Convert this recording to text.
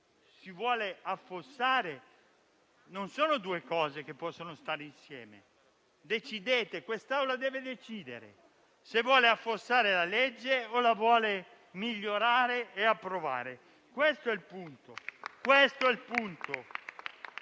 sono due cose che non possono stare insieme. Decidete: quest'Aula deve decidere se vuole affossare la legge o la vuole migliorare e approvare, questo è il punto.